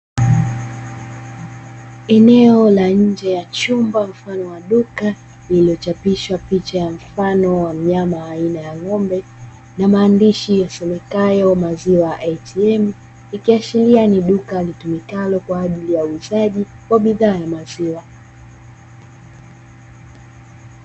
Eneo la nje ya chumba mfano wa duka lililochapishwa picha ya mfano wa mnyama wa aina ya ng'ombe na maandishi yasomekayo "Maziwa ATM". Ikiashiria ni duka litumikalo kwa ajili ya uuzaji wa bidhaa ya maziwa.